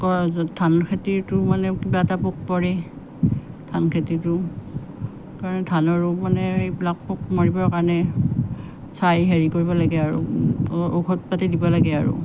আকৌ ধান খেতিতো মানে কিবা এটা পোক পৰে ধান খেতিতো সেইকাৰণে ধানৰ ৰোগ মানে সেইবিলাক পোক মাৰিবৰ কাৰণে চাই হেৰি কৰিব লাগে আৰু ঔষধ পাতি দিব লাগে আৰু